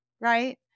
right